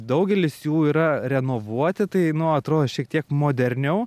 daugelis jų yra renovuoti tai atrodo šiek tiek moderniau